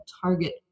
target